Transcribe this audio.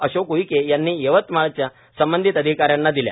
अशोक उईके यांनी यवतमाळच्या संबंधित अधिका यांना दिल्या